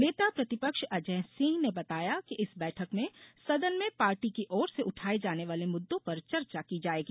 नेता प्रतिपक्ष अजय सिंह ने बताया कि इस बैठक में सदन में पार्टी की ओर से उठाये जाने वाले मुद्दों पर चर्चा की जायेगी